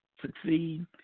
succeed